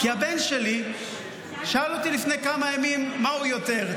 כי הבן שלי שאל אותי לפני כמה ימים מה הוא יותר,